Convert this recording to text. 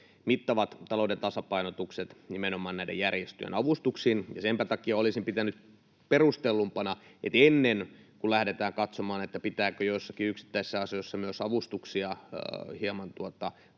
mittavat talouden tasapainotukset nimenomaan näiden järjestöjen avustuksiin. Senpä takia olisin pitänyt perustellumpana, että ennen kuin lähdetään katsomaan, pitääkö joissakin yksittäisissä asioissa myös avustuksia hieman